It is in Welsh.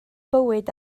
bywyd